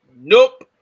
Nope